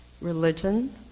religion